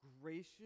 gracious